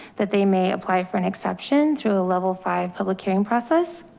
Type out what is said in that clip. that they may apply for an exception through a level five public hearing process.